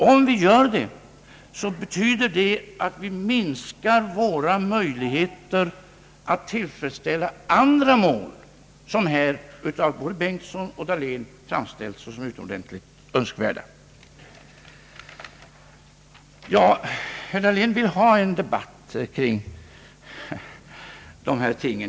Om vi gör det betyder det att vi minskar våra möjligheter att tillfredsställa andra mål, vilka här av både herr Bengtson och herr Dahlén framställts som utomordentligt önskvärda. Herr Dahlén vill ha en debatt om dessa ting.